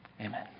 Amen